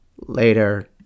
later